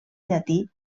llatí